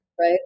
right